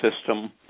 system